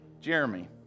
Jeremy